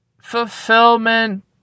fulfillment